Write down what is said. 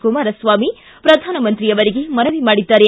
ಕುಮಾರಸ್ವಾಮಿ ಪ್ರಧಾನಮಂತ್ರಿಯವರಿಗೆ ಮನವಿ ಮಾಡಿದ್ದಾರೆ